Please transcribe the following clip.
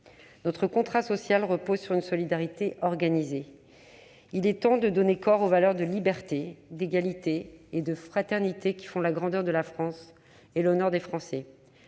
Notre contrat social repose sur une solidarité organisée. Il est temps de donner corps aux valeurs de liberté, d'égalité et de fraternité, qui font la grandeur de la France et l'honneur des Français.